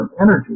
energy